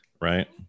right